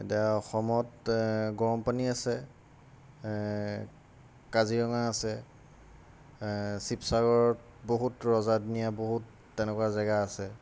এতিয়া অসমত গৰম পানী আছে কাজিৰঙা আছে শিৱসাগৰত বহুত ৰজাদিনীয়া বহুত তেনেকুৱা জেগা আছে